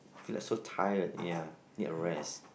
feel like so tired ya need a rest